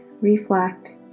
reflect